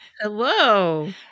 hello